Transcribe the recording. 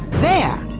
there!